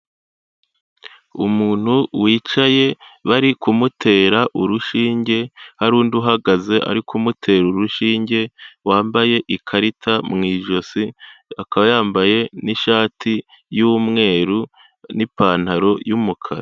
Umuntu wicaye bari kumutera urushinge, hari undi uhagaze ari kumutera urushinge, wambaye ikarita mu ijosi, akaba yambaye n'ishati y'umweru n'ipantaro y'umukara.